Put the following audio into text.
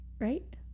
right